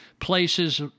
places